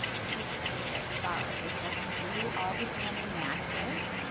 this is a little bit bizarre. okay, so i can view all the dna matches.